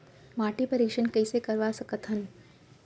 माटी परीक्षण कइसे करवा सकत हन?